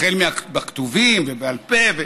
בכתובים ובעל פה?